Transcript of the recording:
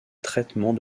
traitement